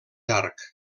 arc